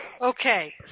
Okay